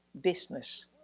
business